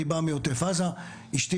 אני בא מעוטף עזה, אשתי